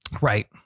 Right